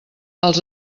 els